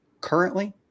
currently